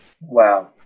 Wow